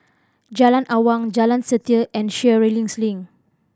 Jalan Awang Jalan Setia and Sheares Link